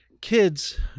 kids—